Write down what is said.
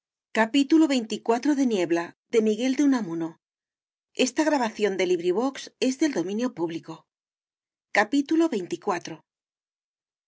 by miguel de unamuno